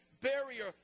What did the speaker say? barrier